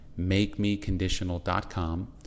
makemeconditional.com